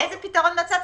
איזה פתרון מצאתם?